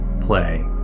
play